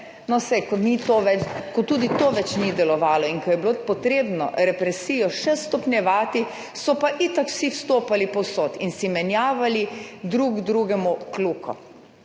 ko tudi to ni več delovalo in ko je bilo potrebno represijo še stopnjevati, so pa itak vsi vstopali povsod in si podajali drug drugemu kljuko